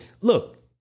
look